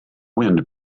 wind